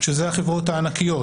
שאלו החברות הענקיות,